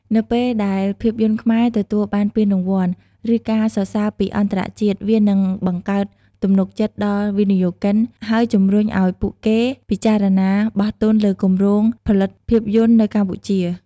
នៅពេលដែលភាពយន្តខ្មែរទទួលបានពានរង្វាន់ ឬការសរសើរពីអន្តរជាតិ វានឹងបង្កើតទំនុកចិត្តដល់វិនិយោគិន ហើយជំរុញឱ្យពួកគេពិចារណាបោះទុនលើគម្រោងផលិតភាពយន្តនៅកម្ពុជា។